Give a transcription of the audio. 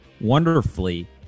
wonderfully